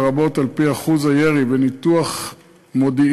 לרבות על-פי אחוז הירי וניתוח מודיעיני